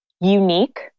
unique